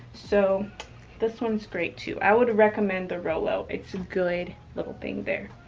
so this one's great too. i would recommend the rollo. it's a good little thing there.